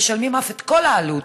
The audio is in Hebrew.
משלמות אף את כל העלות.